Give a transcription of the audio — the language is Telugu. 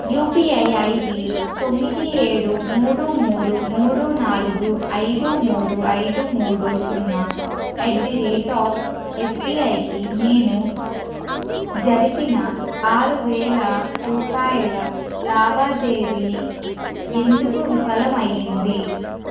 యుపిఐ ఐడి తొమ్మిది ఏడు మూడు మూడు మూడు నాలుగు ఐదు మూడు ఐదు మూడు సున్నా అట్ ది రేట్ ఆఫ్ ఎస్బిఐకి నేను జరిపిన ఆరువేల రూపాయల లావాదేవీ ఎందుకు విఫలం అయ్యింది